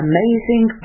Amazing